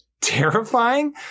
Terrifying